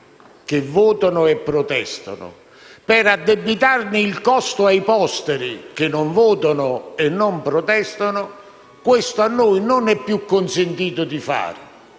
(che votano e protestano) per addebitarne il costo ai posteri (che non votano e non protestano), questo non ci è più consentito.